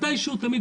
מתי שהוא תמיד,